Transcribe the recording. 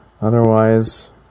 Otherwise